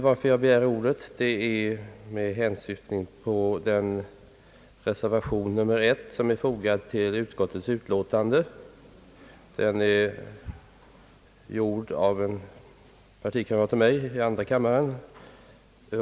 Jag har begärt ordet för att tala om reservation nr 1 i utskottets utlåtande, vilken är avgiven av en partikamrat till mig i andra kammaren.